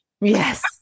Yes